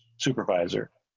supervisor.